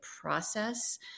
process